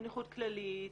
בנכות כללית,